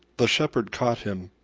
the shepherd caught him,